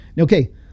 Okay